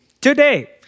today